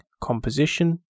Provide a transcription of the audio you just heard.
composition